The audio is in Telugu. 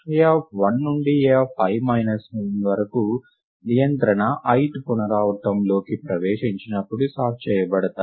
a1 నుండి a i 1 వరకు నియంత్రణ ith పునరావృతంకి ప్రవేశించినప్పుడు సార్ట్ చేయబడుతాయి